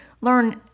learn